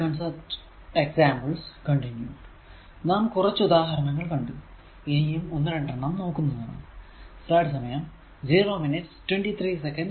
നമുക്ക് എക്സാമ്പിൾ 1